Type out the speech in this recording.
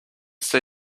see